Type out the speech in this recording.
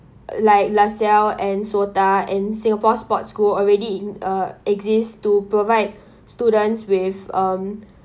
like la salle and SOTA and singapore sports school already in uh exists to provide students with um